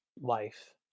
life